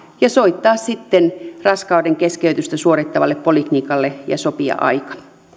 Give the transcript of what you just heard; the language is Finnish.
ja soittaa sitten raskaudenkeskeytystä suorittavalle poliklinikalle ja sopia aika